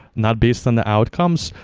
not based on the outcomes,